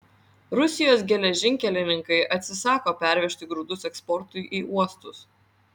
rusijos geležinkelininkai atsisako pervežti grūdus eksportui į uostus